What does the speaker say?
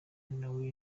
nawe